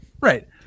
right